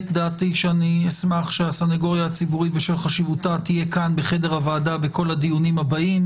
אשמח שהיא בשל חשיבותה תהיה כאן בחדר הוועדה בדיונים הבאים.